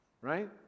right